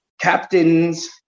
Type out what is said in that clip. captains